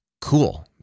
Cool